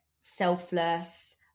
selfless